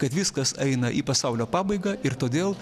kad viskas eina į pasaulio pabaigą ir todėl